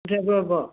ꯗ꯭ꯔꯥꯏꯕꯔꯕꯨ